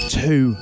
two